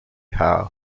howe